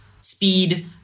speed